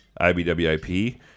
IBWIP